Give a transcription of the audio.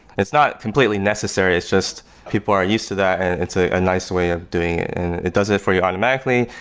it's not completely necessary. it's just people are used to that and it's ah a nice way of doing it, and it does it for you automatically.